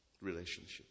relationship